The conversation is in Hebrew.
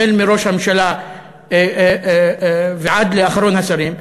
החל בראש הממשלה ועד לאחרון השרים,